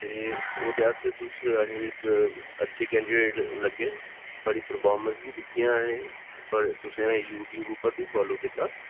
ते ओहदे आस्तै तुस असें गी इक अच्छे कैंडीडेट लग्गे थुहाड़ी परफार्मेंस बी दिक्खियां असें थुहाड़े तुसें गी यूटयूब उप्पर बी फालो कीता